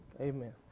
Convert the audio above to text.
amen